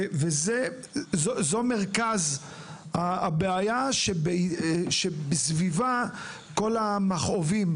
זה מרכז הבעיה שסביבה קורים כל המכאובים;